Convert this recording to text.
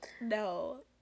no